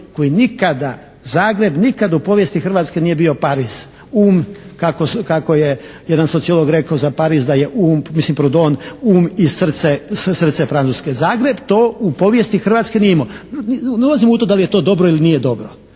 koji nikada Zagreb nikad u povijesti Hrvatske nije bio Pariz, um kako je jedan sociolog rekao za Pariz da je um, mislim …/Govornik se ne razumije./… um i srce Francuske. Zagreb to u povijesti Hrvatske nije imao. Ne ulazim u to da li je to dobro ili nije dobro,